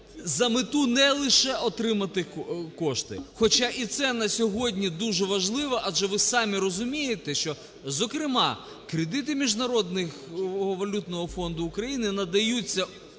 за мету не лише отримати кошти, хоча і це на сьогодні дуже важливо. Адже ви самі розумієте, що, зокрема, кредити Міжнародного валютного фонду України… надаються